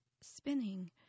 spinning